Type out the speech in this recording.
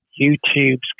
YouTube's